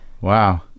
wow